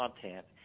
content